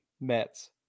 mets